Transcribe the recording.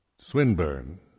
Swinburne